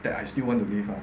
that I still want to live ah